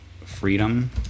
Freedom